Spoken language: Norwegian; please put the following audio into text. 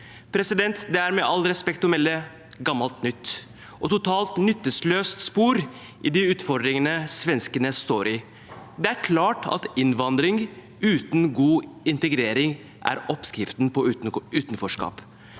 Sverige. Det er, med all respekt å melde, gammelt nytt og et totalt nytteløst spor i de utfordringene svenskene står i. Det er klart at innvandring uten god integrering er oppskriften på utenforskap.